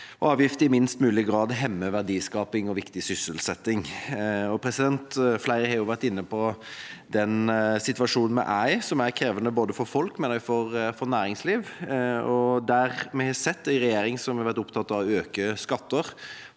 avgifter i minst mulig grad hemmer verdiskaping og viktig sysselsetting. Flere har vært inne på den situasjonen vi er i, som er krevende både for folk og for næringsliv. Der vi har sett en regjering som har vært opptatt av å øke skatter,